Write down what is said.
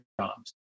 jobs